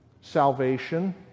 Salvation